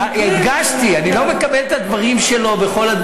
הדגשתי: אני לא מקבל את הדברים שלו בכל,